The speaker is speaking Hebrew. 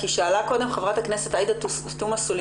כי שאלה קודם ח"כ עאידה סלימאן,